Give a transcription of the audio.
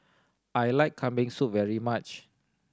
I like Kambing Soup very much